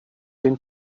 den